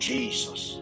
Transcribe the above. Jesus